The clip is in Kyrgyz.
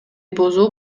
бузуу